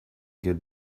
get